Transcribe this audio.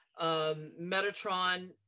Metatron